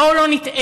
בואו לא נטעה,